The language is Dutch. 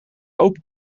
open